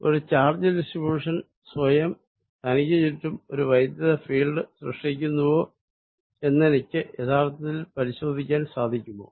ഒരു charge distribution സ്വയം തനിക്ക് ചുറ്റും ഒരു വൈദ്യുത ഫീൽഡ് സൃഷ്ടിക്കുന്നുവോ എന്നെനിക്ക് യഥാർത്ഥത്തിൽ പരിശോധിക്കുവാൻ സാധിക്കുമോ